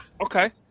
Okay